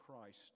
Christ